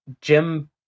Jim